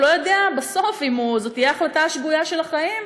הוא לא יודע בסוף אם זו תהיה ההחלטה השגויה של החיים,